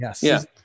yes